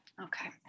Okay